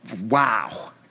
wow